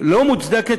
הלא-מוצדקת,